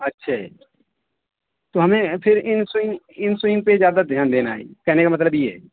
اچھے تو ہمیں پھر ان سوئنگ ان سوئنگ پہ زیادہ دھیان دینا ہے کہنے کا مطلب یہ ہے